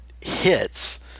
hits